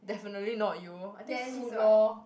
definitely not you I think food lor